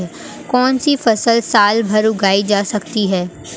कौनसी फसल साल भर उगाई जा सकती है?